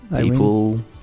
people